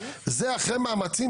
זה אחרי המאמצים,